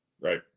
right